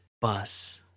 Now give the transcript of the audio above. bus